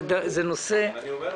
אני לא שואל